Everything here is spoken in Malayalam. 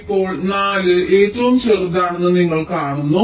ഇപ്പോൾ 4 ഏറ്റവും ചെറുതാണെന്ന് നിങ്ങൾ കാണുന്നു